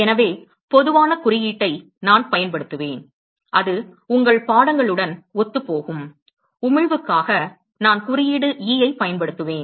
எனவே பொதுவான குறியீட்டை நான் பயன்படுத்துவேன் அது உங்கள் பாடங்களுடன் ஒத்துப்போகும் உமிழ்வுக்காக நான் குறியீடு E ஐ பயன்படுத்துவேன்